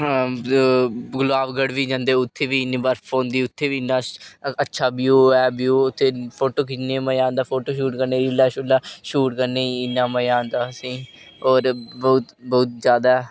गुलाब गंढ बी जंदे ते उत्थै बी इन्नी बर्फ पौंदी ते उत्ते बी इन्ना अच्छा ब्यू ऐ उत्थै फोटो खिच्चने गी बी मजा आंदा फोटो शूट कन्नै रीलां शीलां शूट करने गी इन्ना मजा आंदा असेंगी और बहुत बहुत ज्यादा